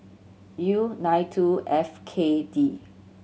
U nine two F K D